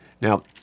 Now